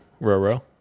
Roro